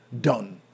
done